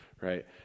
right